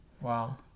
Wow